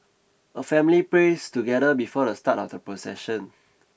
a family prays together before the start of the procession